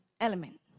element